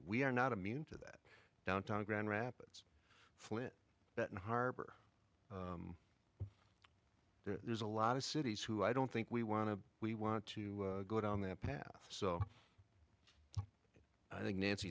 we are not immune to that downtown grand rapids flint that harbor there's a lot of cities who i don't think we want to we want to go down that path so i think nancy